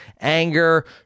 anger